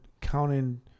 counting